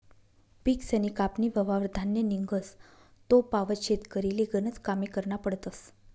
पिकसनी कापनी व्हवावर धान्य निंघस तोपावत शेतकरीले गनज कामे करना पडतस